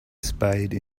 spade